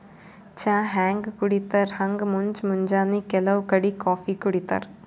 ಚಾ ಹ್ಯಾಂಗ್ ಕುಡಿತರ್ ಹಂಗ್ ಮುಂಜ್ ಮುಂಜಾನಿ ಕೆಲವ್ ಕಡಿ ಕಾಫೀ ಕುಡಿತಾರ್